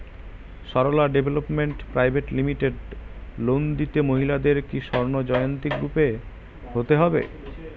Sarala development private limited loan নিতে মহিলাদের কি স্বর্ণ জয়ন্তী গ্রুপে হতে হবে?